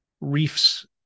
reefs